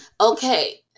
Okay